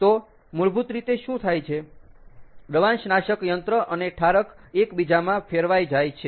તો મૂળભૂત રીતે શું થાય છે દ્રવાંશનાશક યંત્ર અને ઠારક એકબીજામાં ફેરવાય જાય છે